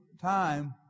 time